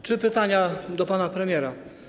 Trzy pytania do pana premiera.